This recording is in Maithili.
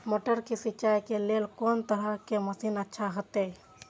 मटर के सिंचाई के लेल कोन तरह के मशीन अच्छा होते?